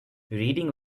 reading